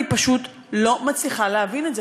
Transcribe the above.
אני פשוט לא מצליחה להבין את זה.